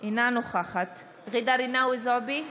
אינה נוכחת ג'ידא רינאוי זועבי,